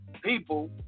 people